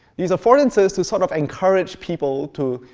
these affordances to sort of encourage people to,